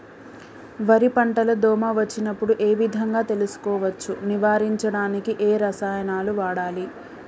వరి పంట లో దోమ వచ్చినప్పుడు ఏ విధంగా తెలుసుకోవచ్చు? నివారించడానికి ఏ రసాయనాలు వాడాలి?